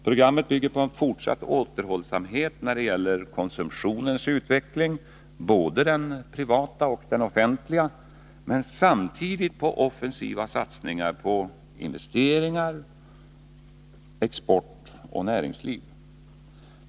Programmet bygger på en fortsatt återhållsamhet när det gäller konsumtionens utveckling — både den privata och den offentliga — men samtidigt på offensiva satsningar på investeringar, export och näringsliv.